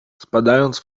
spadając